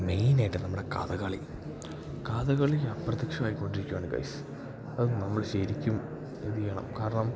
main ആയിട്ട് നമ്മുടെ കഥകളി കഥകളി അപ്രത്യക്ഷമായിക്കൊണ്ടിരിക്കുകയാണ് ഗൈസ് അത് നമ്മൾ ശരിക്കും എന്ത് ചെയ്യണം കാരണം